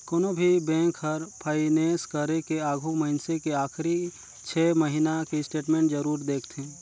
कोनो भी बेंक हर फाइनेस करे के आघू मइनसे के आखरी छे महिना के स्टेटमेंट जरूर देखथें